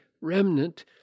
remnant